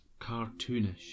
cartoonish